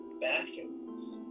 bathrooms